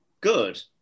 Good